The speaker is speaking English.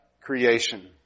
creation